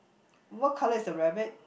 what colour is the rabbit